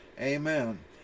Amen